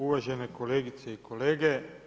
Uvažene kolegice i kolege.